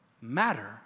matter